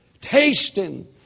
tasting